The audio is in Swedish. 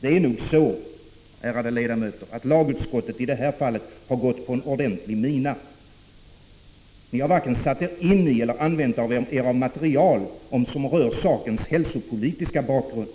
Det är nog så, ärade ledamöter, att lagutskottet i det här fallet gått på en ordentlig mina. Ni har varken satt er in i eller använt er av det material som rör sakens hälsopolitiska bakgrund.